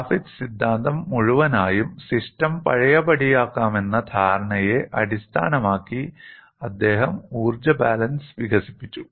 Griffith സിദ്ധാന്തം മുഴുവനായും system പഴയപടിയാക്കാമെന്ന ധാരണയെ അടിസ്ഥാനമാക്കി അദ്ദേഹം ഊർജ്ജ ബാലൻസ് വികസിപ്പിച്ചു